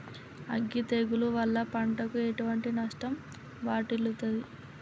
అగ్గి తెగులు వల్ల పంటకు ఎటువంటి నష్టం వాటిల్లుతది?